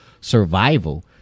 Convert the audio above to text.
survival